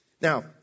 Now